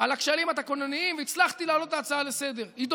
על הכשלים התקנוניים והצלחתי להעלות את ההצעה לסדר-היום.